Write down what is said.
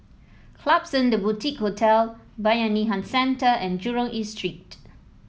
Klapsons The Boutique Hotel Bayanihan Centre and Jurong East Street